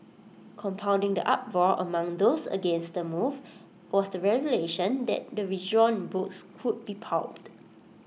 compounding the uproar among those against the move was the revelation that the withdrawn books would be pulped